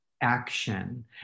action